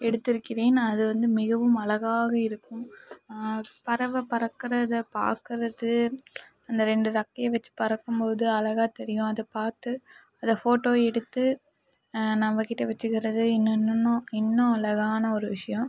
எடுத்துயிருக்கிறேன் அது வந்து மிகவும் அழகாக இருக்கும் பறவை பறக்குறதை பார்க்குறது அந்த ரெண்டு றெக்கையை வச்சு பறக்குறக்கும் போது அழகாக தெரியும் அது பார்த்து அதை போட்டோ எடுத்து நம்மகிட்ட வச்சிகிறது இன்னும் இன்னொன்று இன்னும் அழகான ஒரு விஷ்யம்